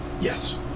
Yes